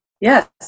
Yes